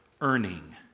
earning